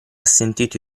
sentito